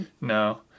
No